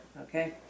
Okay